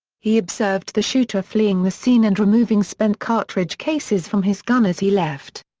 he observed the shooter fleeing the scene and removing spent cartridge cases from his gun as he left.